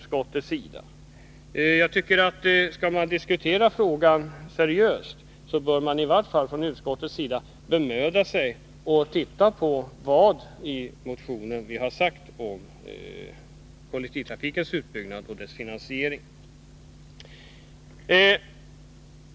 Skall man diskutera frågan seriöst, bör man från utskottets sida i varje fall bemöda sig om att titta på vad vi har sagt i motionen om kollektivtrafikens utbyggnad och dess finansiering.